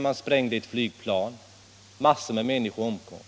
var sprängningen av ett flygplan, då en mängd människor omkom.